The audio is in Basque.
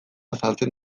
azaltzen